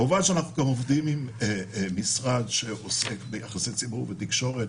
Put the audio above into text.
כמובן שאנחנו עובדים עם משרד שעוסק ביחסי ציבור ותקשורת,